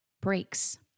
breaks